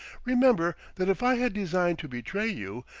remember that if i had designed to betray you,